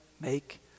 make